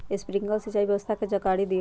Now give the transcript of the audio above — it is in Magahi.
स्प्रिंकलर सिंचाई व्यवस्था के जाकारी दिऔ?